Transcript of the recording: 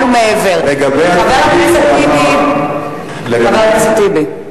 חבר הכנסת אחמד טיבי,